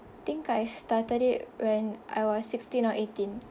think I started it when I was sixteen or eighteen